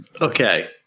Okay